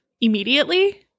immediately